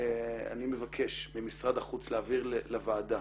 אני מבקש ממשרד החוץ להעביר לוועדה,